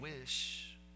wish